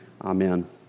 Amen